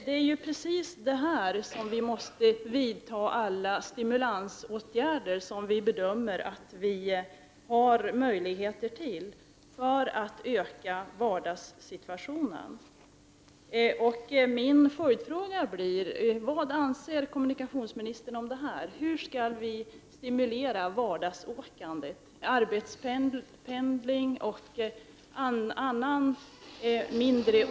Det är just i detta avseende som alla stimulansåtgärder måste vidtas som bedöms vara möjliga för att öka möjligheterna i vardagssituationer.